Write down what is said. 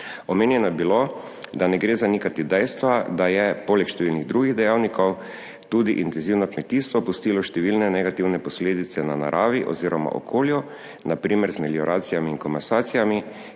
Omenjeno je bilo, da ne gre zanikati dejstva, da je poleg številnih drugih dejavnikov tudi intenzivno kmetijstvo pustilo številne negativne posledice na naravi oziroma okolju, 51. TRAK: (NB) – 15.25